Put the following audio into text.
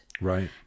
Right